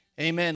Amen